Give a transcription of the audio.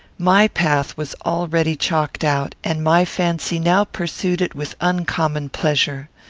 my path was already chalked out, and my fancy now pursued it with uncommon pleasure.